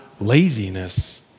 laziness